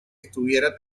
estuviera